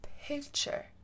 picture